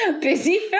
Busy